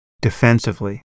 defensively